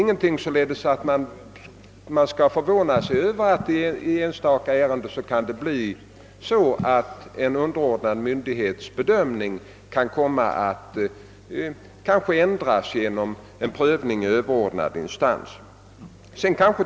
Vi skall inte förvåna oss Över att en underordnad myndighets bedömning i enstaka fall kan komma att ändras vid prövning i överordnad instans.